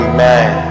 Amen